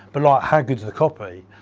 but like, how good's the copy?